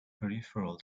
peripheral